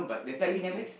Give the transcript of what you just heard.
like we never